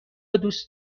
دوست